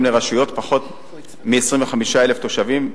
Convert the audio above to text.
לרשויות שבהן פחות מ-25,000 תושבים,